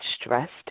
stressed